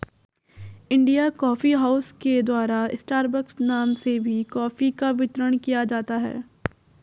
India coffee house के द्वारा Starbucks नाम से भी कॉफी का वितरण किया जाता है